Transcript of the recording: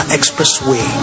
Expressway